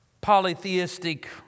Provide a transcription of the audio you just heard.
polytheistic